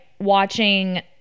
watching